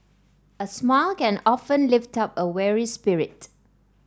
a smile can often lift up a weary spirit